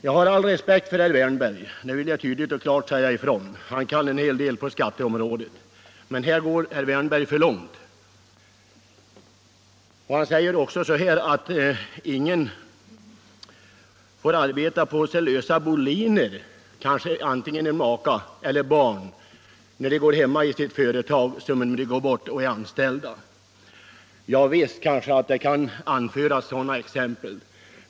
Jag har all respekt för herr Wärnberg, det vill jag tydligt och klart säga ifrån. Han kan en hel del på skatteområdet. Men här går herr Wärnberg för långt. Han säger också att ingen får arbeta på så lösa boliner när de går bort och är anställda som maka eller barn när de arbetar i familjens företag. Ja, det kanske kan anföras sådana exempel.